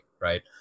right